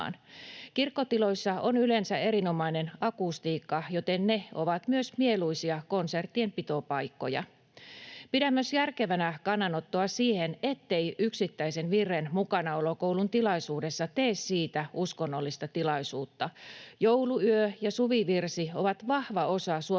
Kirkkotiloissa on yleensä erinomainen akustiikka, joten ne ovat myös mieluisia konserttien pitopaikkoja. Pidän myös järkevänä kannanottoa siihen, ettei yksittäisen virren mukanaolo koulun tilaisuudessa tee siitä uskonnollista tilaisuutta. Jouluyö ja Suvivirsi ovat vahva osa suomalaista